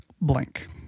blank